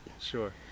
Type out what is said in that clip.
Sure